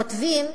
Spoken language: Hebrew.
כותבים,